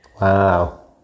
Wow